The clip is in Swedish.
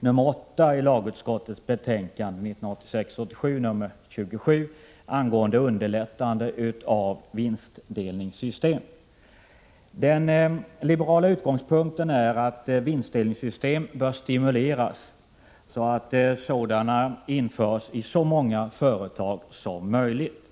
nr 8 i lagutskottets betänkande 1986/87:27 angående underlättande av vinstdelningssystem. 113 Den liberala utgångspunkten är att vinstdelningssystem bör stimuleras så att sådana införs i så många företag som möjligt.